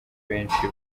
benshi